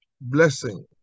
blessing